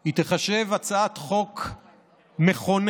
היא תיחשב הצעת חוק מכוננת,